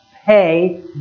pay